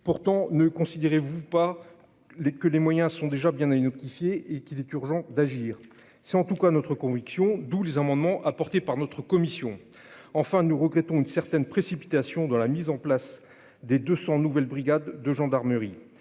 pourtant ne considérez-vous pas les que les moyens sont déjà bien, a eu notifié et qu'il est urgent d'agir, c'est en tout cas, notre conviction, d'où les amendements apportés par notre commission enfin nous regrettons une certaine précipitation dans la mise en place des 200 nouvelles brigades de gendarmerie,